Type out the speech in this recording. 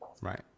Right